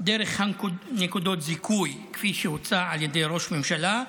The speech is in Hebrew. דרך נקודות זיכוי, כפי שהוצע על ידי ראש הממשלה,